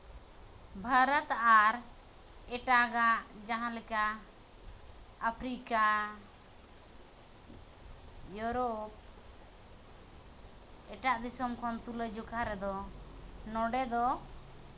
ᱵᱷᱟᱨᱚᱛ ᱟᱨ ᱮᱴᱟᱜᱟᱜ ᱡᱟᱦᱟᱸ ᱞᱮᱠᱟ ᱟᱯᱷᱨᱤᱠᱟ ᱤᱭᱳᱨᱳᱯ ᱮᱴᱟᱜ ᱫᱤᱥᱚᱢ ᱠᱷᱚᱱ ᱛᱩᱞᱟᱹ ᱡᱚᱠᱷᱟ ᱨᱮᱫᱚ ᱱᱚᱰᱮ ᱫᱚ